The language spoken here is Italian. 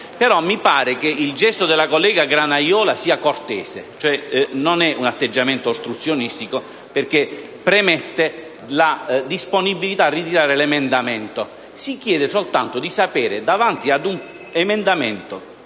pare però che il gesto della collega Granaiola sia cortese: non è un atteggiamento ostruzionistico in quanto premette la disponibilità a ritirare l'emendamento; si chiede soltanto di conoscere, di fronte ad un emendamento,